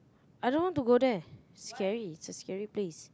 I don't want to go there it's scary it's a scary place